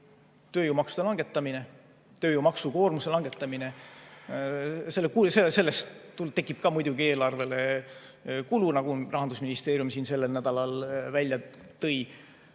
tööjõumaksude langetamine, tööjõu maksukoormuse langetamine. Sellest tekib muidugi eelarvele ka kulu, nagu Rahandusministeerium siin sellel nädalal välja tõi.